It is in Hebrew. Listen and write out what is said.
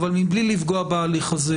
אבל מבלי לפגוע בהליך הזה,